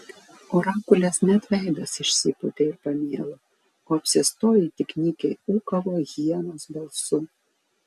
orakulės net veidas išsipūtė ir pamėlo o apsėstoji tik nykiai ūkavo hienos balsu